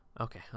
okay